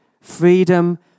Freedom